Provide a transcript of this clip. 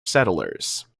settlers